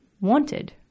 wanted